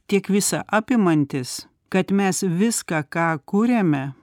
tiek visa apimantis kad mes viską ką kuriame